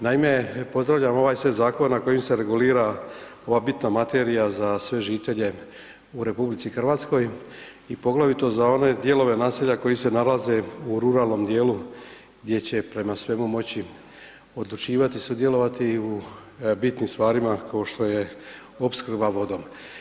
Naime, pozdravljam ovaj sve zakone kojima se regulira ova bitna materijal za sve žitelje u RH i poglavito za one dijelove naselja koji se nalaze u ruralnom dijelu gdje će prema svemu moći, odlučivati, sudjelovati u bitnim stvarima kao što je opskrba vodom.